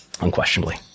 unquestionably